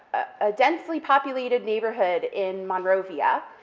a densely populated neighborhood in monrovia,